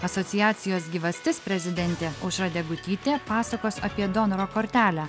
asociacijos gyvastis prezidentė aušra degutytė pasakos apie donoro kortelę